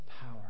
power